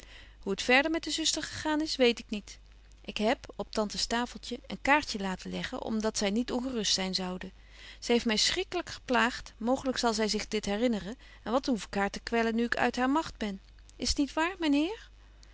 hoe het verder met de zuster gegaan is weet ik niet ik heb op tantes tafeltje een kaartje laten leggen om dat zy niet ongerust zyn zoude zy heeft my schrikkelyk geplaagt mooglyk zal zy zich dit herinneren en wat hoef ik haar te kwellen nu ik uit haar magt ben is t niet waar